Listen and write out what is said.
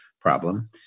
problem